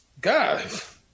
Guys